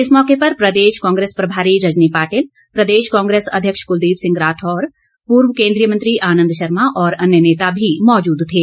इस मौके पर प्रदेश कांग्रेस प्रभारी रजनी पाटिल प्रदेश कांग्रेस अध्यक्ष कुलदीप सिंह राठौर पूर्व केन्द्रीय मंत्री आनंद शर्मा और अन्य नेता भी मौजूद थे